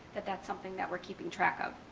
that that's something that we're keeping track of.